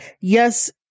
yes